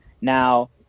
Now